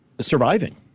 surviving